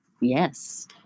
Yes